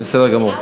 בסדר גמור.